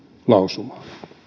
lausumaa